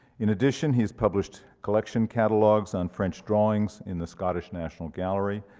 in addition, he's published collection catalogs and french drawings in the scottish national gallery,